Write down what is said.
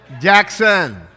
Jackson